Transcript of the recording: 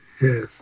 Yes